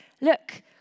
look